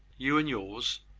you and yours,